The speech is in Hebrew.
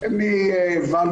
מי שירצה לצלול יהיה מוזמן